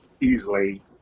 easily